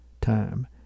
time